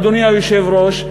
אדוני היושב-ראש,